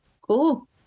Cool